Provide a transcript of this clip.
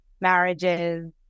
marriages